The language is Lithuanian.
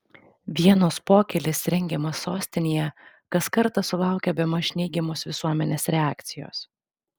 vienos pokylis rengiamas sostinėje kas kartą sulaukia bemaž neigiamos visuomenės reakcijos